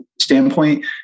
standpoint